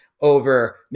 over